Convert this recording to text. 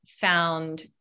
found